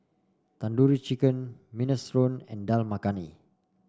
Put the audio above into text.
Tandoori Chicken Minestrone and Dal Makhani